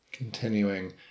Continuing